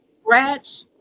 scratch